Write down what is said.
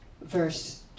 verse